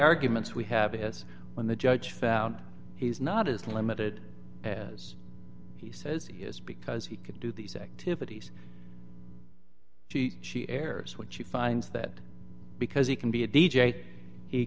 arguments we have is when the judge found he's not as limited as he says he is because he can do these activities she she errs what she finds that because he can be a d j he